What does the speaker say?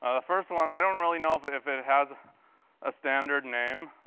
ah first one, i don't really know if if it has a standard name,